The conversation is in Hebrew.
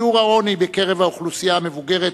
שיעור העוני בקרב האוכלוסייה המבוגרת,